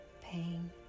Pain